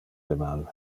deman